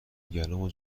گلومو